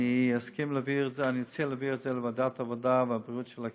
אני מציע להעביר את זה לוועדת העבודה והבריאות של הכנסת.